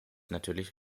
natürlich